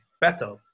better